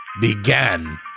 began